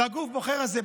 והגוף הבוחר הזה,